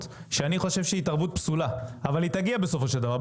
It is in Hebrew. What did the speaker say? שאני חושב שהיא התערבות פסולה אבל היא תגיע בסופו של דבר.